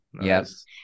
Yes